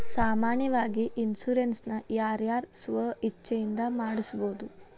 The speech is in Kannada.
ಸಾಮಾನ್ಯಾವಾಗಿ ಇನ್ಸುರೆನ್ಸ್ ನ ಯಾರ್ ಯಾರ್ ಸ್ವ ಇಛ್ಛೆಇಂದಾ ಮಾಡ್ಸಬೊದು?